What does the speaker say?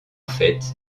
fait